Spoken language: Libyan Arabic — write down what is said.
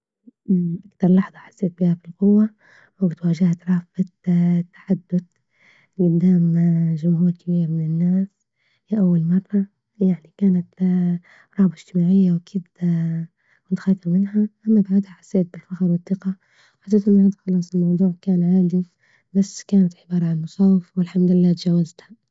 أكثر لحظة حسيت فيها بالقوة وجت واجهت رهبة التحدث جدام جمهور كبير من الناس لأول مرة يعني كانت رهبة إجتماعية وأكيد كنت خايفة منها، أما بعدها حسيت بالفخر والثقة حسيت إن أنا خلاص الموضوع كان عادي، بس كانت مخاوف والحمدلله إتجاوزتها.